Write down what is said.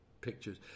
pictures